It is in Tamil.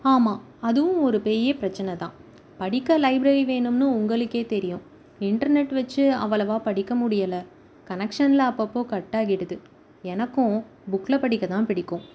ஆமாம் அதுவும் ஒரு பெரிய பிரச்சின தான் படிக்க லைப்ரரி வேணும்னு உங்களுக்கே தெரியும் இன்டர்நெட் வச்சு அவ்வளவாக படிக்க முடியலை கனெக்ஷனில் அப்பப்போ கட் ஆகிடுது எனக்கும் புகில் படிக்க தான் பிடிக்கும்